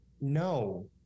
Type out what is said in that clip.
no